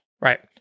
right